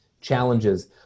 challenges